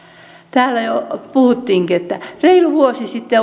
täällä jo puhuttiinkin että reilu vuosi sitten